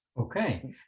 Okay